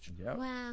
Wow